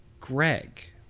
Greg